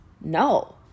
No